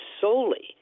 solely